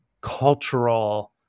cultural